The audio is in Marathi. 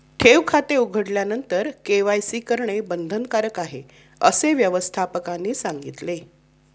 ठेव खाते उघडल्यानंतर के.वाय.सी करणे बंधनकारक आहे, असे व्यवस्थापकाने सांगितले